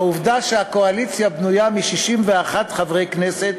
העובדה שהקואליציה בנויה מ-61 חברי כנסת